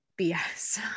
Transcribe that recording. BS